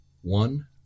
One